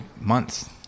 months